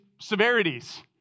severities